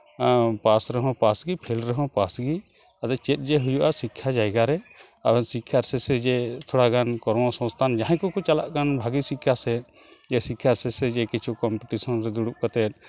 ᱯᱟᱥ ᱨᱮᱦᱚᱸ ᱯᱟᱥ ᱜᱤ ᱯᱷᱮᱹᱞ ᱨᱮᱦᱚᱸ ᱯᱟᱥ ᱜᱤ ᱟᱫᱚ ᱪᱮᱫ ᱡᱮ ᱦᱩᱭᱩᱜᱼᱟ ᱥᱤᱠᱠᱷᱟ ᱡᱟᱭᱜᱟ ᱨᱮ ᱟᱫᱚ ᱥᱤᱠᱠᱷᱟᱨ ᱥᱮᱥᱮ ᱡᱮ ᱛᱷᱚᱲᱟ ᱜᱟᱱ ᱠᱚᱨᱢᱚ ᱥᱚᱝᱥᱷᱟᱱ ᱡᱟᱦᱟᱸᱭ ᱠᱚᱠᱚ ᱪᱟᱞᱟᱜ ᱠᱟᱱ ᱵᱷᱟᱹᱜᱤ ᱥᱤᱠᱠᱷᱟ ᱥᱮᱫ ᱡᱮ ᱥᱤᱠᱠᱷᱟᱨ ᱥᱮᱥᱮ ᱡᱮ ᱠᱤᱪᱷᱩ ᱠᱚᱢᱯᱤᱴᱤᱥᱚᱱ ᱨᱮ ᱫᱩᱲᱩᱵᱽ ᱠᱟᱛᱮᱫ